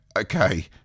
Okay